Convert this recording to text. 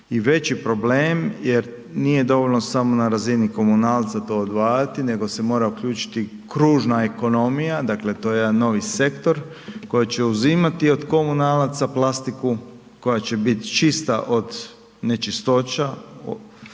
i veći problem jer nije dovoljno samo na razini komunalca to odvajati nego se mora uključiti kružna ekonomija, dakle to je jedan novi sektor koji će uzimati od komunalaca plastiku koja će biti čista od nečistoća,